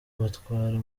batwara